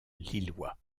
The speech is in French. lillois